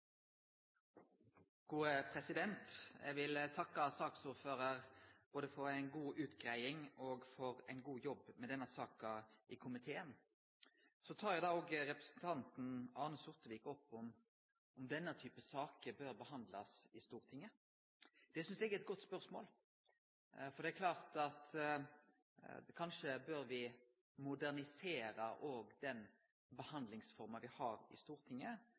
vil takke saksordføraren både for ei god utgreiing og for ein god jobb med denne saka i komiteen. Representanten Arne Sortevik tar opp om denne typen saker bør behandlast i Stortinget. Det synest eg er eit godt spørsmål, for det er klart at kanskje bør vi modernisere òg den behandlingsforma vi har i Stortinget.